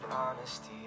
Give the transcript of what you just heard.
Honesty